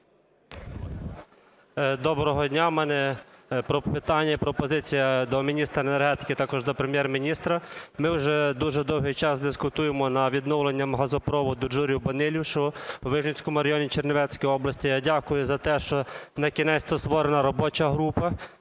Доброго дня! У мене питання і пропозиція до міністра енергетики, а також до Прем'єр-міністра. Ми вже дуже довгий час дискутуємо над відновлення газопроводу "Джурів-Банелів", що у Вижницькому районі Чернівецької області. Я дякую за те, що, накінець-то, створена робоча група,